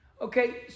Okay